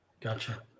gotcha